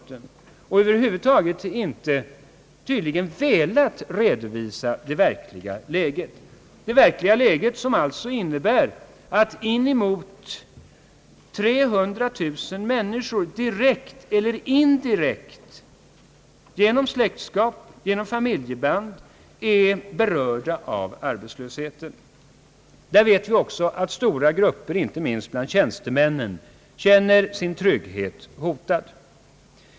Man har över huvud taget inte velat redovisa det verkliga läget, som alltså innebär att inemot 300 000 människor direkt eller indirekt — bl.a. genom släktskap, familjeband — är berörda av arbetslösheten. Vi vet också att stora grupper inte minst bland tjänstemännen känner sin trygghet hotad.